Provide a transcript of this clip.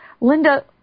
Linda